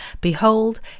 Behold